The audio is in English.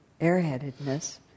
airheadedness